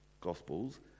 Gospels